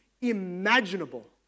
imaginable